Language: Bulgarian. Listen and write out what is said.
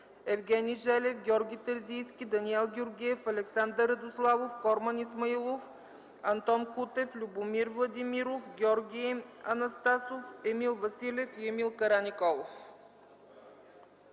Евгений Желев, Георги Терзийски, Даниел Георгиев, Александър Радославов, Корман Исмаилов, Антон Кутев, Любомир Владимиров, Георги Анастасов, Емил Василев и Емил Караниколов.